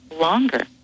longer